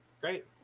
Great